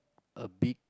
a big